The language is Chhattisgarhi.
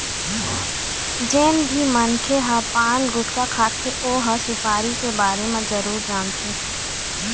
जेन भी मनखे ह पान, गुटका खाथे ओ ह सुपारी के बारे म जरूर जानथे